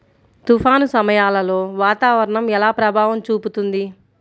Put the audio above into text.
తుఫాను సమయాలలో వాతావరణం ఎలా ప్రభావం చూపుతుంది?